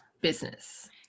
business